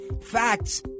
facts